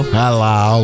hello